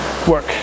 work